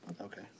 Okay